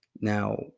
Now